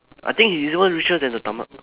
I think he's even richer than the Tema~